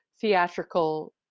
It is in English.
theatrical